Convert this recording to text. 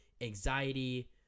anxiety